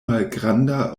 malgranda